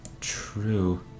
True